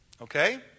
Okay